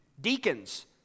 deacons